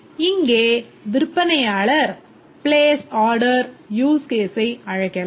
இங்கே விற்பனையாளர் place order use case ஐ அழைக்கலாம்